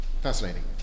fascinating